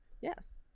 Yes